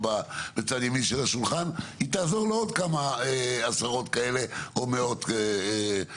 שם בצד ימין של השולחן היא תעזור לעוד כמה עשרות או מאות אנשים.